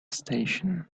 station